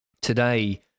Today